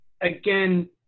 again